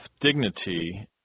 dignity